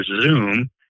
Zoom